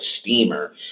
steamer